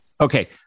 Okay